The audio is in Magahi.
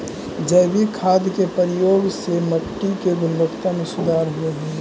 जैविक खाद के प्रयोग से मट्टी के गुणवत्ता में सुधार होवऽ हई